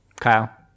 Kyle